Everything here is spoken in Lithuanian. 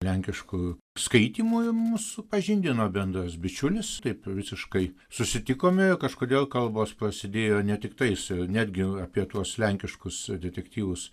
lenkiškų skaitymų mus supažindino bendras bičiulis taip visiškai susitikome kažkodėl kalbos prasidėjo ne tiktai su netgi apie tuos lenkiškus detektyvus